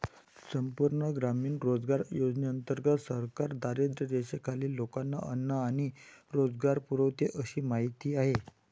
संपूर्ण ग्रामीण रोजगार योजनेंतर्गत सरकार दारिद्र्यरेषेखालील लोकांना अन्न आणि रोजगार पुरवते अशी माहिती आहे